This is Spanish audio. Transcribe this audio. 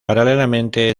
paralelamente